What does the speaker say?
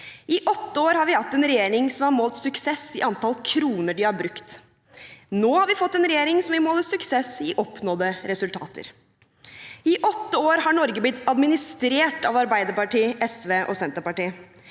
I åtte år har vi hatt en regjering som har målt suksess i antall kroner den har brukt. Nå har vi fått en regjering som vil måle suksess i oppnådde resultater. I åtte år har Norge blitt administrert av Arbeiderpartiet, SV og Senterpartiet.